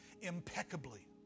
impeccably